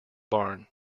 barn